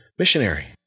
Missionary